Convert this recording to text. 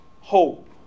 hope